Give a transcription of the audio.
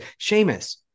seamus